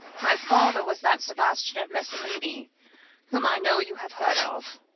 my father was that sebastian of messaline whom i know you have heard of.